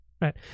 right